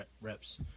reps